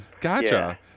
Gotcha